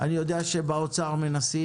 אני יודע שבמשרד האוצר מנסים.